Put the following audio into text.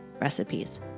recipes